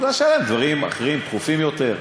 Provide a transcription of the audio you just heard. כי היו דברים אחרים דחופים יותר.